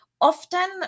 Often